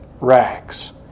rags